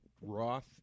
Roth